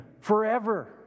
forever